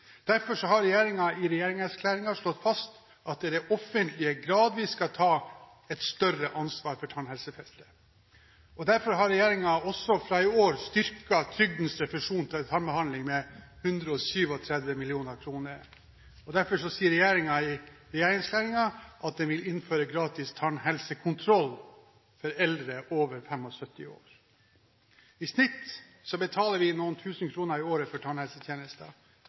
Derfor har regjeringen i regjeringserklæringen slått fast at det offentlige gradvis skal ta et større ansvar på tannhelsefeltet. Derfor har regjeringen også fra i år styrket trygdens refusjoner til tannbehandling med 137 mill. kr. Og derfor sier regjeringen i regjeringserklæringen at den vil innføre gratis tannhelsekontroll for eldre over 75 år. I snitt betaler vi noen tusen kroner i året for tannhelsetjenester.